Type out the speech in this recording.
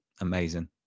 amazing